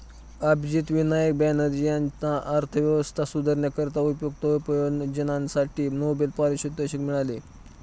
अभिजित विनायक बॅनर्जी यांना अर्थव्यवस्था सुधारण्याकरिता उपयुक्त उपाययोजनांसाठी नोबेल पारितोषिक मिळाले